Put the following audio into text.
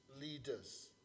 leaders